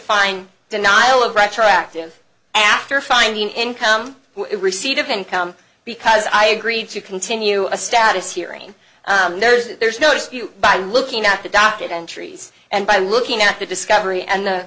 find denial of retroactive after finding income receipt of income because i agree to continue a status hearing there's there's no dispute by looking at the docket entries and by looking at the discovery and